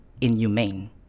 inhumane